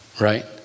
right